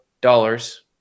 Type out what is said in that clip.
dollars